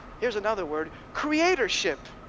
here's another word. creatorship.